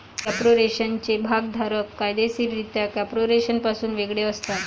कॉर्पोरेशनचे भागधारक कायदेशीररित्या कॉर्पोरेशनपासून वेगळे असतात